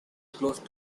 close